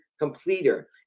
completer